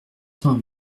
cents